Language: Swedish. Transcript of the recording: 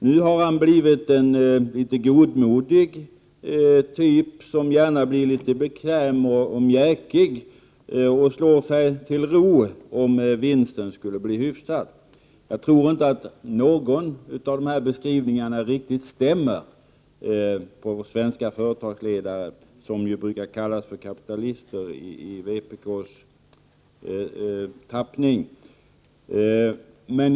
Nu har han blivit en litet godmodig typ, som gärna blir litet bekväm och mjäkig och slår sig till ro om vinsten skulle bli hyfsad. Jag tror inte att någon av dessa beskrivningar stämmer riktigt på våra svenska företagsledare, som ju i vpk:s tappning brukar kallas för kapitalister.